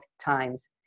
times